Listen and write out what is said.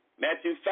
Matthew